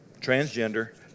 transgender